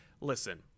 listen